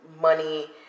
Money